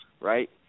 right